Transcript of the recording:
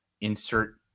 insert